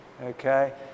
okay